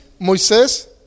Moisés